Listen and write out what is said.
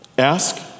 Ask